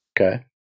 Okay